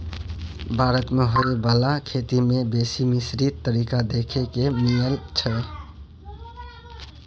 भारत मे होइ बाला खेती में बेसी मिश्रित तरीका देखे के मिलइ छै